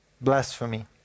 blasphemy